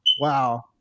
wow